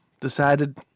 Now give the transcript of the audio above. decided